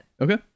Okay